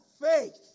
faith